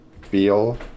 feel